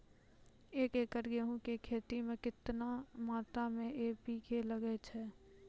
एक एकरऽ गेहूँ के खेती मे केतना मात्रा मे एन.पी.के लगे छै?